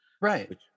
Right